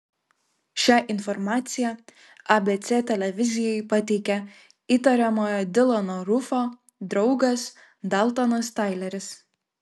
šią informaciją abc televizijai pateikė įtariamojo dilano rufo draugas daltonas taileris